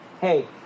hey